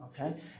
okay